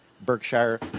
Berkshire